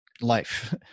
life